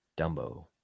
Dumbo